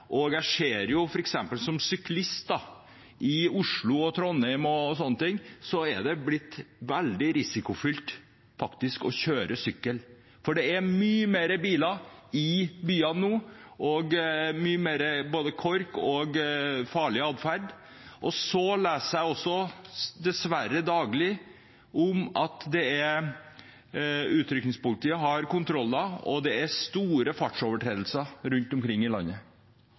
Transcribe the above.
Som syklist i Oslo og Trondheim opplever jeg at det har blitt veldig risikofylt å sykle, for det er mange flere biler i byene nå og mye mer trafikkork og farlig adferd. Jeg leser dessverre også daglig om at utrykningspolitiet har kontroller, og at det er store fartsovertredelser rundt omkring i landet.